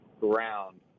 ground